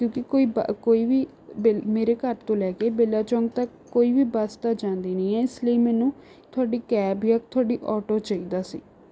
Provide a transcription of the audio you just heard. ਕਿਉਂਕਿ ਕੋਈ ਬ ਕੋਈ ਵੀ ਬੇਲ ਮੇਰੇ ਘਰ ਤੋਂ ਲੈ ਕੇ ਬੇਲਾ ਚੌਂਕ ਤੱਕ ਕੋਈ ਵੀ ਬੱਸ ਤਾਂ ਜਾਂਦੀ ਨਹੀਂ ਹੈ ਇਸ ਲਈ ਮੈਨੂੰ ਤੁਹਾਡੀ ਕੈਬ ਜਾਂ ਤੁਹਾਡੀ ਆਟੋ ਚਾਹੀਦਾ ਸੀ